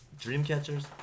Dreamcatchers